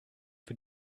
für